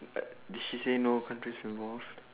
did she say no did she say no